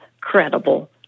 credible